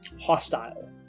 hostile